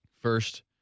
first